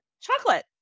chocolate